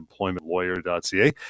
employmentlawyer.ca